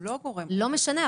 לא משנה,